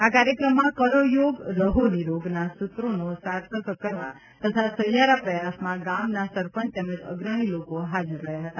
આ કાર્યક્રમમાં કરો યોગ રહો નિરોગ ના સૂત્રનો સાર્થક કરવા તથા સહિયારા પ્રયાસમાં ગામના સરપંચ તેમજ અશ્રણી લોકો હાજર રહ્યા હતા